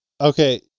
Okay